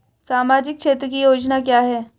सामाजिक क्षेत्र की योजना क्या है?